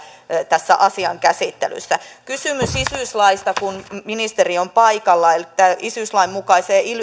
tässä asian käsittelyssä kysymys isyyslaista kun ministeri on paikalla isyyslain mukaiseen